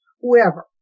Whoever